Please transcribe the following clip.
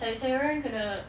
sayur-sayuran kena